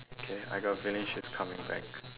okay I got a feeling she is coming back